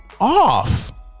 off